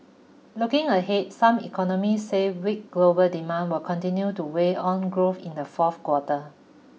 looking ahead some economists say weak global demand will continue to weigh on growth in the fourth quarter